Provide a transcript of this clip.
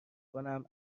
کنم